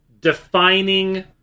defining